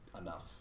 enough